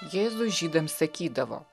jėzus žydams sakydavo